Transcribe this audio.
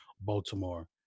Baltimore